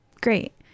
Great